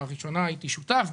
בראשונה הייתי שותף,